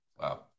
Wow